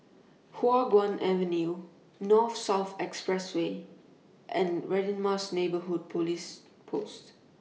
Hua Guan Avenue North South Expressway and Radin Mas Neighbourhood Police Post